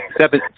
seven